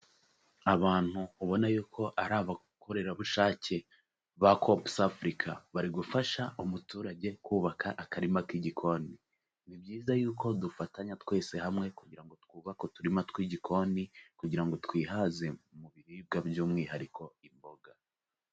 Abantu ubona yuko ari abakorerabushake ba Copusi Afurika, bari gufasha umuturage kubaka akarima k'igikoni. Ni byiza yuko dufatanya twese hamwe kugira ngo twubake uturima tw'igikoni, kugira ngo twihaze mu biribwa by'umwihariko imboga.